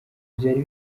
byari